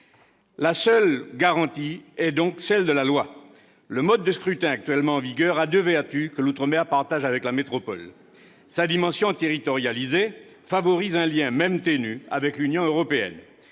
La seule garantie est donc celle de la loi. Le mode de scrutin actuellement en vigueur a deux vertus, que l'outre-mer partage avec la métropole. Sa dimension territorialisée favorise un lien- même ténu -avec l'Union européenne.